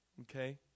Okay